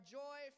joy